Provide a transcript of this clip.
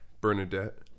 Bernadette